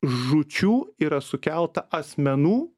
žūčių yra sukelta asmenų